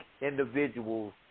individuals